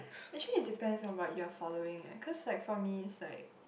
actually it depends on what you are following eh cause like for me it's like